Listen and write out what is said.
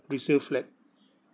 resale flat